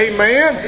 Amen